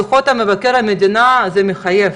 דוחות מבקר המדינה זה מחייב,